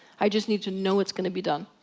i just need to know it's gonna be done.